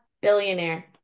billionaire